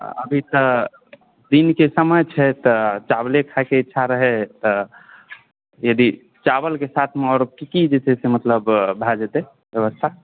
अभी तऽ दिनके समय छै तऽ चावले खायके इच्छा रहै तऽ यदि चावलके साथ साथ ओहिमे और की की भए जेतै सस्ता